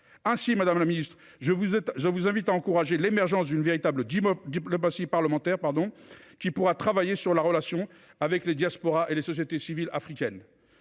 donc, madame la ministre, à encourager l’émergence d’une véritable diplomatie parlementaire, qui pourra travailler sur la relation avec les diasporas et les sociétés civiles africaines.